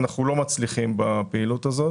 אנחנו לא מצליחים בפעילות הזאת.